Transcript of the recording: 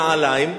נעליים,